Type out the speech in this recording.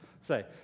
say